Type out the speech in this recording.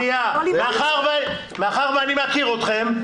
מאחר שאני מכיר אתכם,